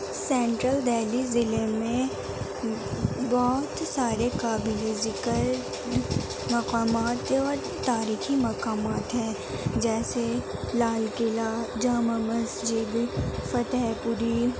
central Delhi ضلعے میں بہت سارے قابل ذکر مقامات بہت تاریخی مقامات ہیں جیسے لال قلعہ جامع مسجد فتحپوری